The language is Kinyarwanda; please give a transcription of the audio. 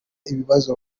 ibibazo